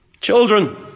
Children